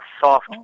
soft